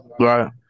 Right